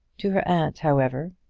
to her aunt, however,